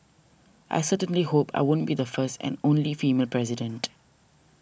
I certainly hope I won't be the first and only female president